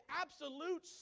absolute